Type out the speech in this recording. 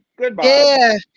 Goodbye